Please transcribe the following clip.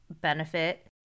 benefit